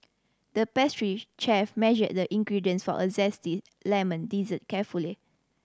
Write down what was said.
the pastry chef measured the ingredients for a zesty lemon dessert carefully